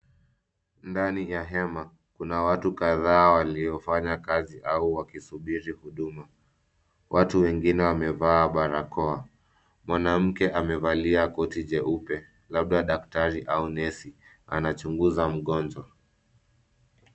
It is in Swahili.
Ndani ya hema, kuna watu kadhaa waliofanya kazi au wakisubiri huduma. Watu wengine wamevaa barakoa. Mwanamke amevalia koti jeupe labda daktari au nesi anachunguza mgonjwa.